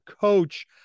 coach